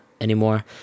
anymore